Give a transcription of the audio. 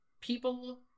People